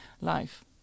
life